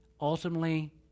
Ultimately